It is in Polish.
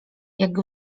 jak